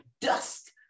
dust